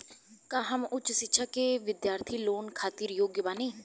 का हम उच्च शिक्षा के बिद्यार्थी लोन खातिर योग्य बानी?